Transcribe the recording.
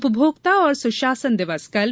उपभोक्ता और सुशासन दिवस कल